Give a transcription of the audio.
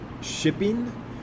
Shipping